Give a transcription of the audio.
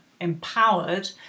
empowered